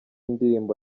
ndirimbo